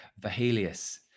Vahelius